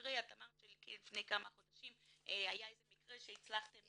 ובמקרה את אמרת שלפני כמה חודשים היה מקרה שהצלחתם,